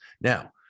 Now